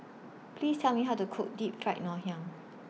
Please Tell Me How to Cook Deep Fried Ngoh Hiang